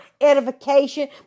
edification